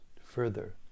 further